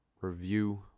review